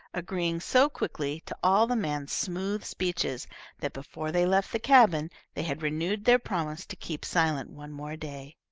agreeing so quickly to all the man's smooth speeches that, before they left the cabin, they had renewed their promise to keep silent one more day.